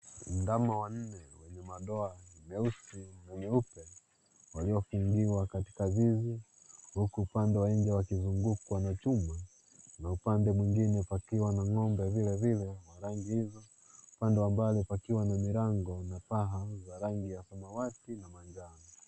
Ndama wanne wenye madoa meusi na meupe waliofungiwa katika zizi huku upande mwingine wakizungukwa na chuma na upande mwingine wakiwa na ng'ombe vilevile wa rangi hizo, upande wa mbali pakiwa na milango na paa za rangi ya samawati na manjano.